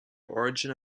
origin